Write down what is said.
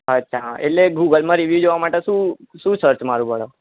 અચ્છા હા એટલે ગૂગલમાં રિવ્યૂ જોવા માટે શું શું સર્ચ મારવું પડે